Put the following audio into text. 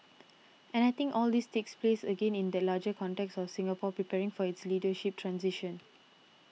and I think all this takes place again in that larger context of Singapore preparing for its leadership transition